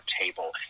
table